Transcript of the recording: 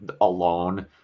alone